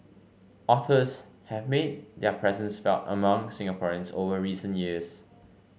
otters have made their presence felt among Singaporeans over recent years